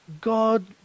God